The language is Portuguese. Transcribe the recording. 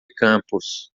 campus